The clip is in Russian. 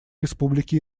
республики